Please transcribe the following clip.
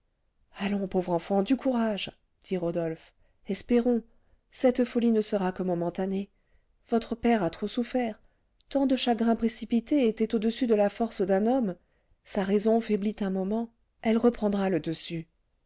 allons pauvre enfant du courage dit rodolphe espérons cette folie ne sera que momentanée votre père a trop souffert tant de chagrins précipités étaient au-dessus de la force d'un homme sa raison faiblit un moment elle reprendra le dessus